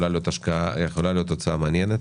זו יכולה להיות הצעה מעניינת.